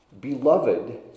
Beloved